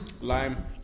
Lime